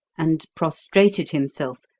and prostrated himself,